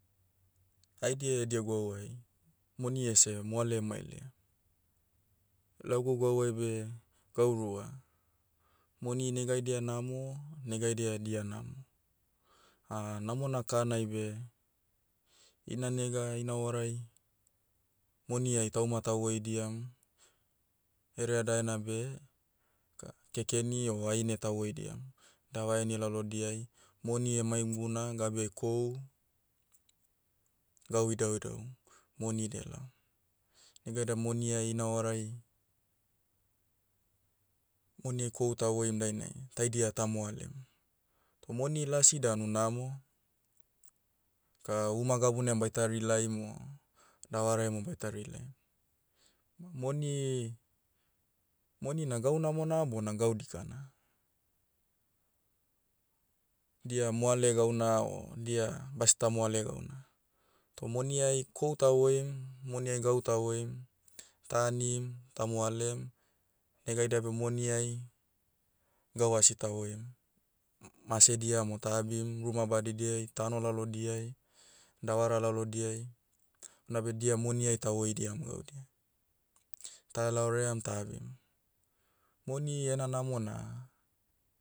Haidia edia gwauai, moni ese moale emailaia. Lagu gwauai beh, gau rua. Moni negaidia namo, negaidia dianamo. namona kanai beh, ina nega ina horai, moniai tauma tahokohu, idiam, hereadaena beh, ka kekeni o haine tahoidiam. Davaheni lalodiai, moni emaim guna gabeai kohu, gau idauidau, moni delaom. Negaidia moniai ina horai, moniai kohu tahoim dainai taidia tamoalem. Toh moni lasi danu namo, ka uma gabuna baita rilaim o, davarai ma baita rilaim. Moni- monina gau namona bona gau dikana. Dia moale gauna o dia bastamoale gauna, toh moniai, kohu tahoim, moniai gau tahoim, ta anim, tamoalem. Negaida beh moniai, gau asi tahoim. Masedia mo ta abim ruma badidiai, tano lalodiai, davara lalodiai. Nabe dia moniai tahoidiam gaudia. Tahelaoream ta abim. Moni ena namona,